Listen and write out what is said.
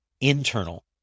internal